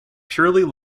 purely